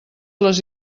les